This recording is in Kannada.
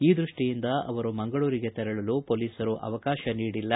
ಈ ದೃಷ್ಷಿಯಿಂದ ಅವರು ಮಂಗಳೂರಿಗೆ ತೆರಳಲು ಪೊಲೀಸರು ಅವಕಾಶ ನೀಡಿಲ್ಲ